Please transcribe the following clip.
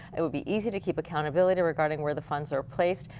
it would be easy to keep accountability regarding where the funds are placed.